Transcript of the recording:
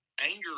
anger